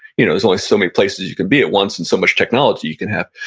you know there's only so many places you can be at once and so much technology you can have.